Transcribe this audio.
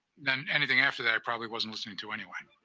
than anything after that, i probably wasn't listening to anyway.